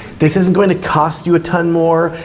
this isn't going to cost you a ton more,